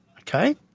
okay